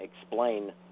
explain